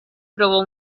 provò